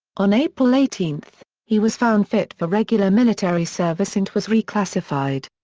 on april eighteen, he was found fit for regular military service and was reclassified.